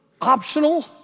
optional